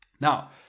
Now